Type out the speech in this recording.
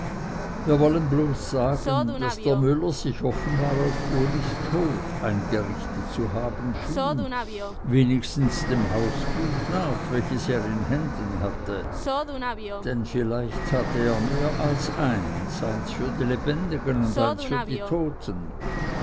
wir wollen bloß sagen daß der müller sich offenbar auf ulis tod eingerichtet zu haben schien wenigstens dem hausbuch nach welches er in händen hatte denn vielleicht hatte er mehr als eins eins für die lebendigen und eins für die toten